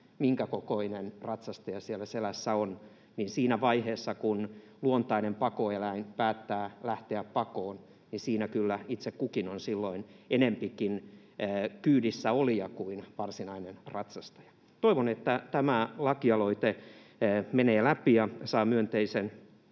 minkä kokoinen ratsastaja siellä selässä on: siinä vaiheessa, kun luontainen pakoeläin päättää lähteä pakoon, niin siinä kyllä itse kukin on silloin enempikin kyydissä olija kuin varsinainen ratsastaja. Toivon, että tämä lakialoite menee läpi ja saa myönteisen